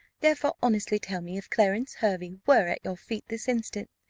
therefore honestly tell me, if clarence hervey were at your feet this instant,